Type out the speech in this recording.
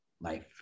life